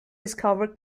discover